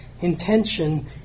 intention